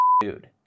dude